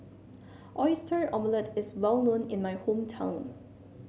Oyster Omelette is well known in my hometown